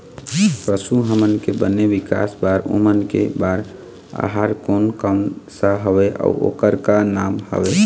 पशु हमन के बने विकास बार ओमन के बार आहार कोन कौन सा हवे अऊ ओकर का नाम हवे?